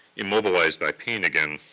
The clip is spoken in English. immobilized by pain again,